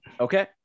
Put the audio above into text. Okay